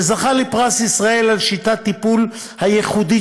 שזכה לפרס ישראל על שיטת הטיפול הייחודית